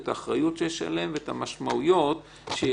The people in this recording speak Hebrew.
את האחריות שיש עליהם ואת המשמעויות שיש.